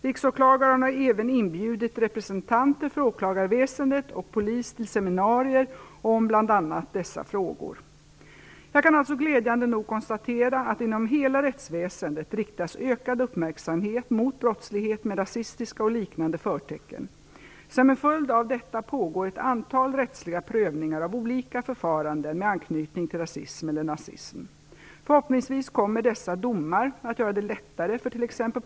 Riksåklagaren har även inbjudit representanter för åklagarväsende och polis till seminarier om bl.a. dessa frågor. Jag kan alltså glädjande nog konstatera att inom hela rättsväsendet riktas ökad uppmärksamhet mot brottslighet med rasistiska och liknande förtecken. Som en följd av detta pågår ett antal rättsliga prövningar av olika förfaranden med anknytning till rasism eller nazism. Förhoppningsvis kommer dessa domar att göra det lättare för t.ex.